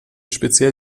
speziell